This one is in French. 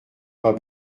n’ont